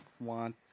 want